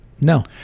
No